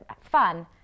fun